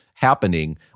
happening